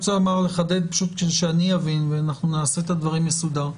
שאני אבין ואנחנו נעשה את הדברים מסודר.